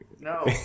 No